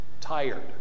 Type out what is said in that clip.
tired